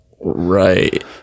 right